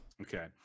Okay